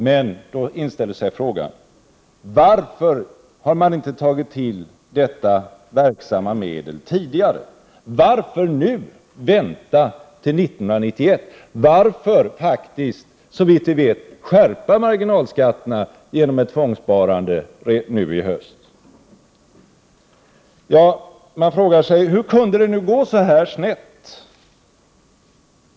Men då inställer sig frågan: Varför har inte regeringen tagit till detta verksamma medel tidigare? Varför skall regeringen vänta till 1991? Varför skall regeringen, såvitt vi vet, skärpa marginalskatterna genom ett tvångssparande i höst? Hur kunde det gå så här snett?